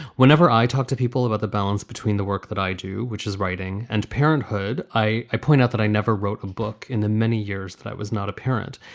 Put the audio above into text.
whenever i talk to people about the balance between the work that i do, which is writing and parenthood, i i point out that i never wrote a book in the many years that i was not a parent.